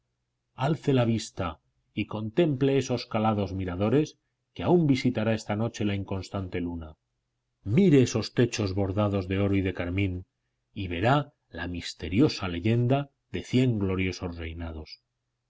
alce la vista y contemple esos calados miradores que aún visitará esta noche la inconstante luna mire esos techos bordados de oro y de carmín y verá la misteriosa leyenda de cien gloriosos reinados